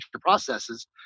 processes